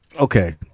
okay